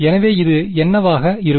எனவே இது என்னவாக இருக்கும்